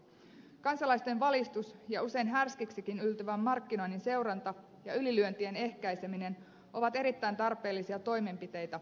kansalaisten valistus ja usein härskiksikin yltyvän markkinoinnin seuranta ja ylilyöntien ehkäiseminen ovat erittäin tarpeellisia toimenpiteitä meillä suomessa